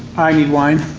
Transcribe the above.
i need wine.